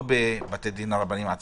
לא בבתי הדין הרבניים עצמם,